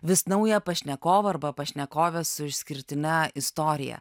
vis naują pašnekovą arba pašnekovę su išskirtine istorija